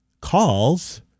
calls